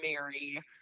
Mary